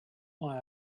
why